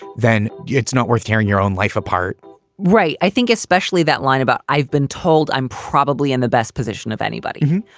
then it's not worth tearing your own life apart right. i think especially that line about i've been told i'm probably in the best position of anybody.